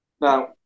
now